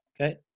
Okay